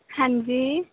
ਹਾਂਜੀ